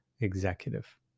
executive